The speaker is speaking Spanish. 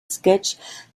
sketch